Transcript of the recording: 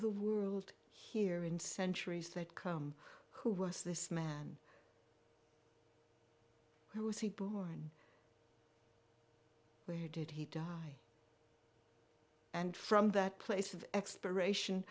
the world hear in centuries that come who was this man who was he born where did he die and from that place of expiration